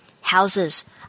Houses